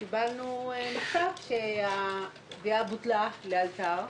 קיבלנו מכתב שהתביעה בוטלה לאלתר.